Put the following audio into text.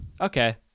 Okay